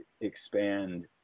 expand